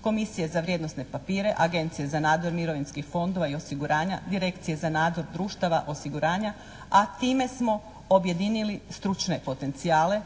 Komisije za vrijednosne papire, Agencije za nadzor mirovinskih fondova i osiguranja, Direkcije za nadzor društava osiguranja a time smo objedinili stručne potencijale,